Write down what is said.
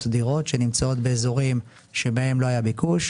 דירות שנמצאות באזורים שבהם לא היה ביקוש,